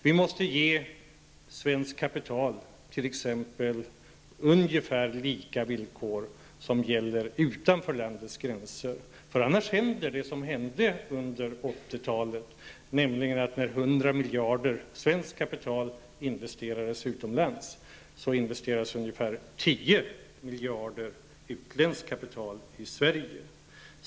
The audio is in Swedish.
Vi måste t.ex. ge svenskt kapital ungefär lika villkor som gäller utanför landets gränser. Annars händer det som hände under 80-talet, nämligen att när 100 miljarder kronor svenskt kapital investerades utomlands, investerades ungefär 10 miljarder kronor utländskt kapital i Sverige.